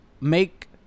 make